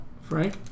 Frank